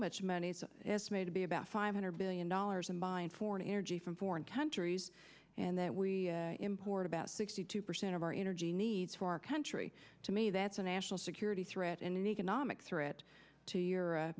much money is made to be about five hundred billion dollars and buying foreign energy from foreign countries and that we import about sixty two percent of our energy needs for our country to me that's a national security threat and an economic threat to